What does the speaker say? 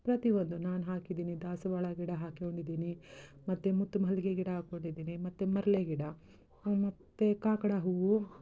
ಪ್ರತಿಯೊಂದು ನಾನು ಹಾಕಿದ್ದೀನಿ ದಾಸವಾಳ ಗಿಡ ಹಾಕ್ಕೊಂಡಿದ್ದೀನಿ ಮತ್ತೆ ಮುತ್ತು ಮಲ್ಲಿಗೆ ಗಿಡ ಹಾಕೊಂಡಿದ್ದೀನಿ ಮತ್ತು ಮಲ್ಲೆ ಗಿಡ ಮತ್ತು ಕಾಕಡ ಹೂವು